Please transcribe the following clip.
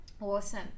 Awesome